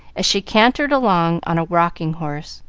as she cantered along on a rocking-horse.